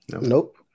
Nope